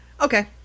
okay